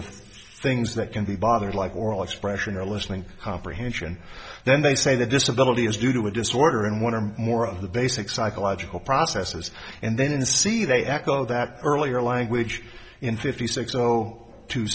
of things that can be bothered like oral expression or listening comprehension then they say the disability is due to a disorder in one or more of the basic psychological processes and then see they echo that earlier language in fifty six zero two